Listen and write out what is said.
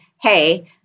hey